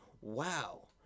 wow